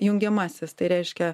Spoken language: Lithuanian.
jungiamasis tai reiškia